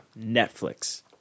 Netflix